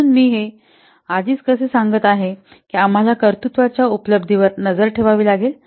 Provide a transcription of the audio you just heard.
म्हणून मी हे आधीच कसे सांगत आहे की आम्हाला कर्तृत्वा च्या उपलब्धीवर नजर ठेवावी लागेल